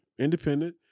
independent